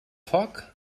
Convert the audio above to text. foc